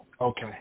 Okay